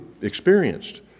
experienced